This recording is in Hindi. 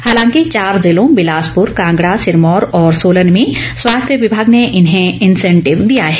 हालांकि चार जिलों बिलासपुर कांगड़ा सिरमौर और सोलन में स्वास्थ्य विभाग ने इन्हें इंसेंटिव दिया है